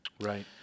Right